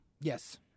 Yes